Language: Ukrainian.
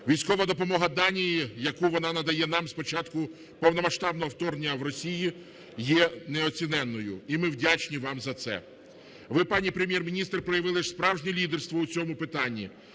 Військова допомога Данії, яку вона надає нам з початку повномасштабного вторгнення Росії, є неоціненною. І ми вдячні вам за це. Ви, пані Прем'єр-міністр, проявили справжнє лідерство у цьому питанні.